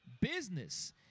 business